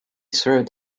served